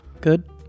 Good